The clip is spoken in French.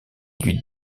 lui